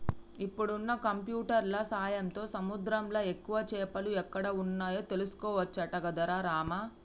ఇప్పుడున్న కంప్యూటర్ల సాయంతో సముద్రంలా ఎక్కువ చేపలు ఎక్కడ వున్నాయో తెలుసుకోవచ్చట గదరా రామా